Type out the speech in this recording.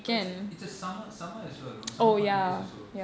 but it's a it's a summer summer as well you know summer holidays also